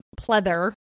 pleather